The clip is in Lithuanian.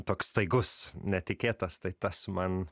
toks staigus netikėtas tai tas man